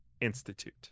institute